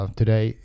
today